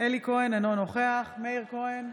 אלי כהן, אינו נוכח מאיר כהן,